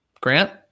Grant